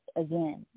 again